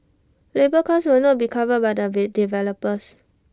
labour cost will not be covered by the we developers